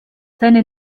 seine